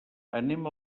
anem